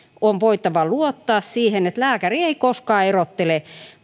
on voitava luottaa siihen että lääkäri ei koskaan erottele